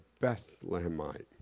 Bethlehemite